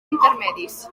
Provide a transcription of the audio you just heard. intermedis